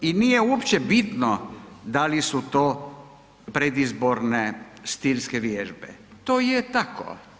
I nije uopće bitno da li su to predizborne stilske vježbe, to je tako.